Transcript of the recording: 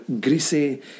greasy